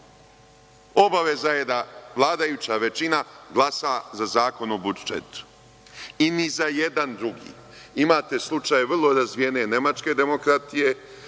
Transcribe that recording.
budžetu. Obaveza je da vladajuća većina glasa za Zakon o budžetu i ni za jedan drugi. Imate slučaj vrlo razvijene nemačke demokratije,